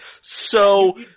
So-